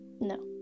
No